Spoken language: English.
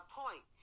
point